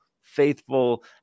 faithful